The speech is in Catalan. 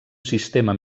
sistema